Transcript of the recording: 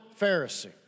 Pharisee